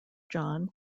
john